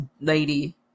Lady